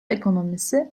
ekonomisi